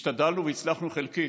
השתדלנו, והצלחנו חלקית,